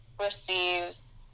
receives